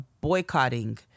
boycotting